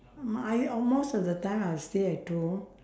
I all most of the time I will stay at home